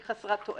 היא חסרת תועלת,